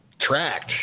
tracked